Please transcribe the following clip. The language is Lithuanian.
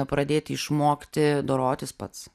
pradėti išmokti dorotis pats